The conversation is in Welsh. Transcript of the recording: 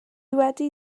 wedi